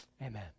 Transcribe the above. Amen